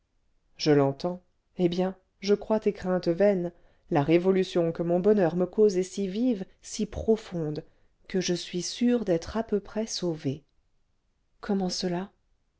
je l'entends eh bien je crois tes craintes vaines la révolution que mon bonheur me cause est si vive si profonde que je suis sûr d'être à peu près sauvé comment cela